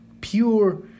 pure